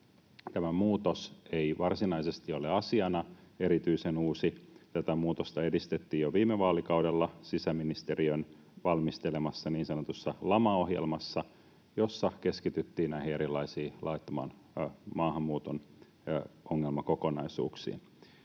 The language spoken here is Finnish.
Tämä muutos ei varsinaisesti ole asiana erityisen uusi. Tätä muutosta edistettiin jo viime vaalikaudella sisäministeriön valmistelemassa niin sanotussa LAMA-ohjelmassa, jossa keskityttiin erilaisiin laittoman maahanmuuton ongelmakokonaisuuksiin.